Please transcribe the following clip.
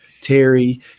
Terry